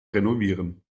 renovieren